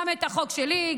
גם את החוק שלי,